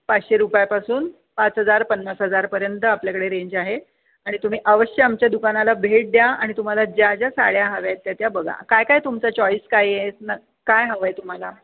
पाचशे रुपयापासून पाच हजार पन्नास हजारपर्यंत आपल्याकडे रेंज आहे आणि तुम्ही अवश्य आमच्या दुकानाला भेट द्या आणि तुम्हाला ज्या ज्या साड्या हव्या आहेत त्या बघा काय काय तुमचा चॉईस काय आहे ना काय हवं आहे तुम्हाला